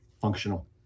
functional